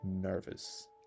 nervous